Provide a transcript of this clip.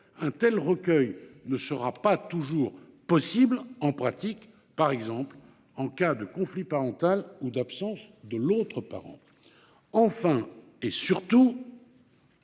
un tel recueil ne sera pas toujours possible en pratique, par exemple en cas de conflit parental ou d'absence de l'autre parent. C'est